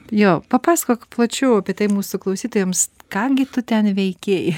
jo papasakok plačiau apie tai mūsų klausytojams ką gi tu ten veikei